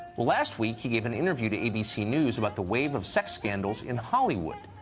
last week he gave an interview to abc news about the wave of sex scandals in hollywood.